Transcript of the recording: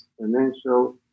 financial